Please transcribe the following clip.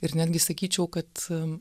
ir netgi sakyčiau kad